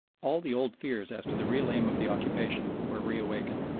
all the old fears as to the real aim of the occupation were reawakened.